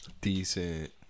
Decent